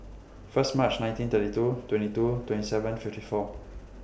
First March nineteen thirty two twenty two twenty seven fifty four